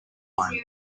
line